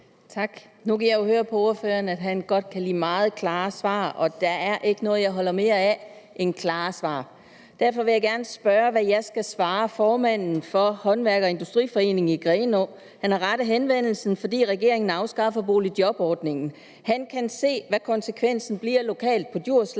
Tak. Nu kan jeg jo høre på ordføreren, at han godt kan lide meget klare svar. Og der er ikke noget, jeg holder mere af end klare svar. Derfor vil jeg gerne spørge, hvad jeg skal svare formanden for Grenaa Haandværker- & Industriforening. Han har rettet henvendelse til mig, fordi regeringen afskaffer boligjobordningen. Han kan se, hvad konsekvensen bliver lokalt på Djursland